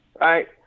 Right